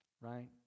right